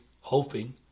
hoping